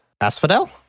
Asphodel